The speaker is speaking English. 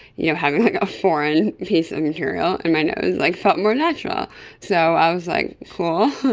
you know having like a foreign piece of material in my nose like felt more natural so i was like, cool,